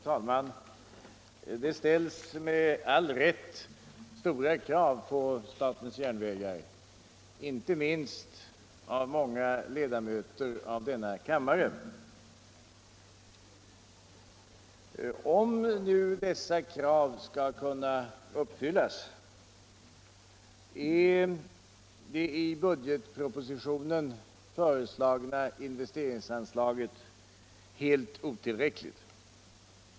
Fru talman! Det ställs med all rätt stora krav på SJ, inte minst av många ledamöter av denna kammare. Om dessa krav skall kunna uppfyllas är det i budgetpropositionen föreslagna investeringsanslaget helt otillräckligt.